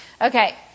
Okay